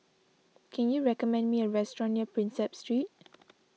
can you recommend me a restaurant near Prinsep Street